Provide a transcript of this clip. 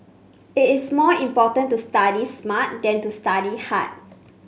it is more important to study smart than to study hard